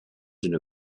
une